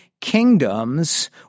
kingdoms